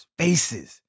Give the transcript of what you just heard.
faces